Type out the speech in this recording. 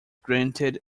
granted